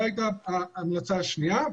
ההמלצה השלישית,